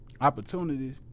opportunities